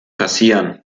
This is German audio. passieren